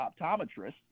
optometrist